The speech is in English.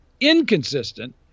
inconsistent